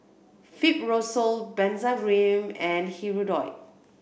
Fibrosol Benzac Cream and Hirudoid